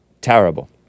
Terrible